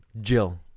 Jill